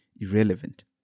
Irrelevant